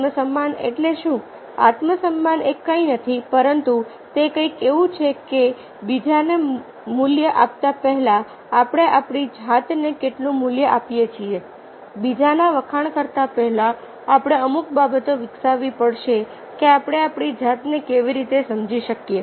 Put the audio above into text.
આત્મસમ્માન એટલે શું આત્મસમ્માન એ કંઈ નથી પરંતુ તે કંઈક એવું છે કે બીજાને મૂલ્ય આપતા પહેલા આપણે આપણી જાતને કેટલું મૂલ્ય આપીએ છીએ બીજાના વખાણ કરતા પહેલા આપણે અમુક બાબતો વિકસાવવી પડશે કે આપણે આપણી જાતને કેવી રીતે સમજી શકીએ